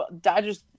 Dodgers